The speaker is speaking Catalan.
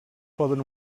poden